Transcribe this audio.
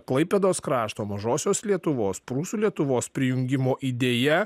klaipėdos krašto mažosios lietuvos prūsų lietuvos prijungimo idėja